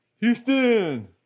Houston